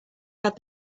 had